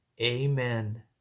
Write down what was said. Amen